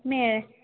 May'